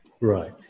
Right